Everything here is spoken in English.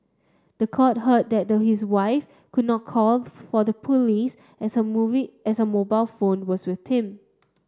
the court heard that his wife could not call for the police as her movie as her mobile phone was with him